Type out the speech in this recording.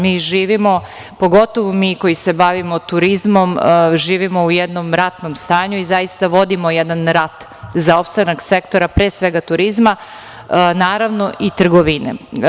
Mi živimo, pogotovo mi koji se bavimo turizmom, u jednom ratnom stanju i zaista vodimo jedan rat za opstanak sektora, pre svega turizma, naravno i trgovine.